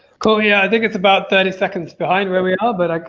cool, yeah, i think it's about thirty second behind, where we are, ah but like